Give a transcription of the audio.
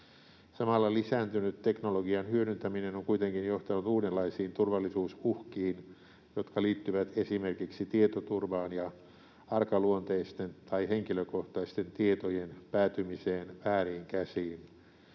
Samalla lisääntynyt teknologian hyödyntäminen on kuitenkin johtanut uudenlaisiin turvallisuusuhkiin, jotka liittyvät esimerkiksi tietoturvaan ja arkaluonteisten tai henkilökohtaisten tietojen päätymiseen vääriin käsiin.